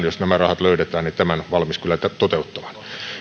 jos nämä rahat löydetään olen valmis tämän kyllä toteuttamaan